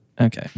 Okay